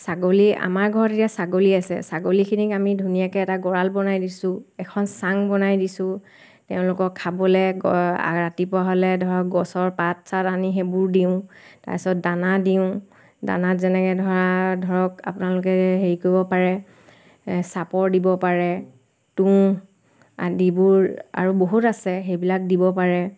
ছাগলী আমাৰ ঘৰত এতিয়া ছাগলী আছে ছাগলীখিনিক আমি এতিয়া ধুনীয়াকৈ এটা গঁড়াল বনাই দিছোঁ এখন চাং বনাই দিছোঁ তেওঁলোকক খাবলৈ গ ৰাতিপুৱা হ'লে ধৰক গছৰ পাত চাত আনি সেইবোৰ দিওঁ তাৰপাছত দানা দিওঁ দানাত যেনেকৈ ধৰা ধৰক আপোনালোকে হেৰি কৰিব পাৰে চাপৰ দিব পাৰে তুঁহ আদিবোৰ আৰু বহুত আছে সেইবিলাক দিব পাৰে